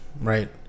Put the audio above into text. right